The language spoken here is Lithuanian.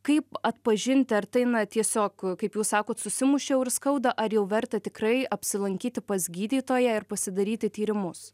kaip atpažinti ar tai na tiesiog kaip jūs sakot susimušiau ir skauda ar jau verta tikrai apsilankyti pas gydytoją ir pasidaryti tyrimus